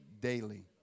daily